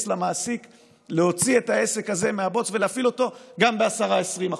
למעסיק להוציא את העסק הזה מהבוץ ולהפעיל אותו גם ב-10%-20%.